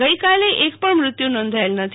ગઈકાલે એકપણ મૃત્યુ નોંધાયેલ નથી